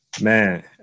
Man